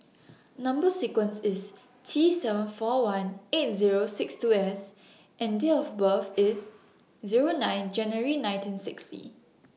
Number sequence IS T seven four one eight Zero six two S and Date of birth IS Zero nine January nineteen sixty